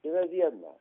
yra viena